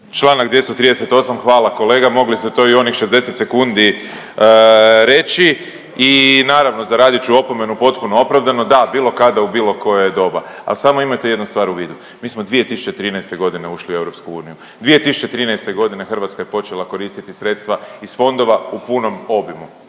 Čl. 238., hvala kolega, mogli ste to i u onih 60 sekundi reći i naravno zaradit ću opomenu potpuno opravdano. Da, bilo kada u bilo koje doba, al samo imajte jednu stvar u vidu, mi smo 2013.g. ušli u EU, 2013.g. Hrvatska je počela koristiti sredstva iz fondova u punom obimu